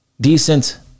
Decent